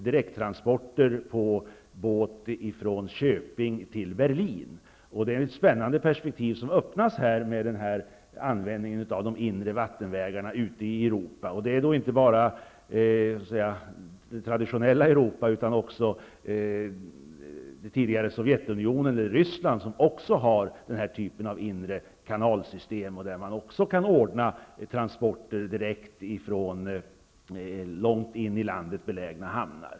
Det gick inte att lösa vid det tillfället, men det är ett spännande perspektiv som öppnas med den här användningen av de inre vattenvägarna ute i Detta gäller inte bara det traditionella Europa utan också det tidigare Sovjetunionen och Ryssland, som också har den här typen av inre kanalsystem och där man också kan ordna transporter direkt från långt inne i landet belägna hamnar.